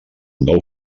nou